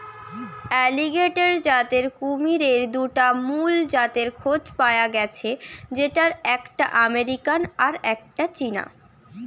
alligator জাতের কুমিরের দুটা মুল জাতের খোঁজ পায়া গ্যাছে যেটার একটা আমেরিকান আর একটা চীনা